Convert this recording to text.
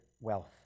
wealth